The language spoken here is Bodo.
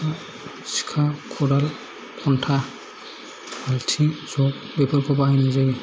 सिखा खदाल खन्था बालथिं जग बेफोरखौ बाहायनाय जायो